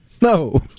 No